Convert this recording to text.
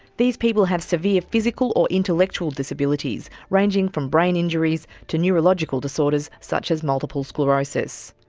these people have severe physical or intellectual disabilities, ranging from brain injuries to neurological disorders such as multiple sclerosis.